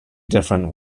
different